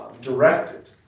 directed